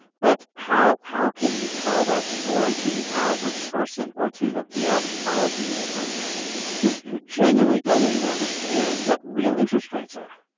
but how how can you tell that story to the average person or to the the average policy maker who who genuinely doesn't even understand what real interest rates are?